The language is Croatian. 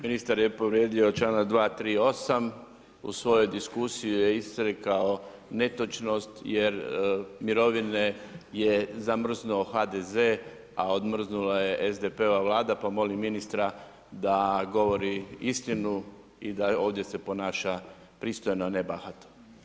Ministar je povrijedio čl. 238. u svojoj diskusiji je izrekao netočnost jer mirovine je zamrznuo HDZ, a odmrznula je SDP-ova Vlada pa molim ministra da govori istinu i da ovdje se ponaša pristojno a ne bahato.